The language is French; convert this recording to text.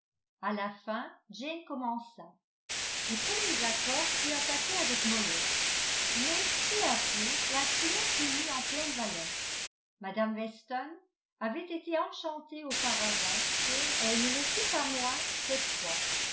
à la fin jane commença les premiers accorda furent attaqués avec mollesse mais peu à peu l'instrument fut mis en pleine valeur mme weston avait été enchantée auparavant et elle ne le fut pas moins cette fois